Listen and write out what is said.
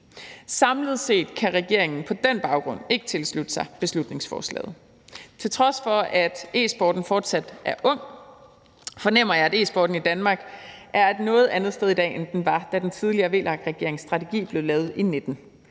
Samlet set kan regeringen på den baggrund ikke tilslutte sig beslutningsforslaget. Til trods for at e-sporten fortsat er ung, fornemmer jeg, at e-sporten i Danmark er et noget andet sted i dag, end den var, da den tidligere VLAK-regerings strategi blev lavet i 2019.